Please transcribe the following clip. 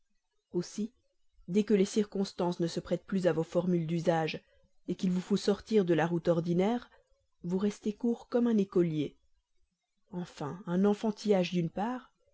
aussi dès que les circonstances ne se prêtent plus à vos formules d'usage qu'il vous faut sortir de la route ordinaire vous restez court comme un écolier enfin un enfantillage d'une part